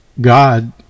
God